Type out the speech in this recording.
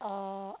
uh